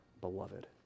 beloved